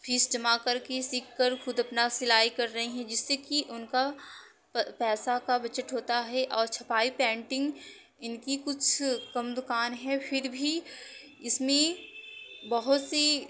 fees जमा कर के सीख कर खुद अपना सिलाई कर रही हैं जिससे कि उनका पैसा का बजट होता है और छपाई पेंटिंग इनकी कुछ कम दुकान है फिर भी इसमें बहुत सी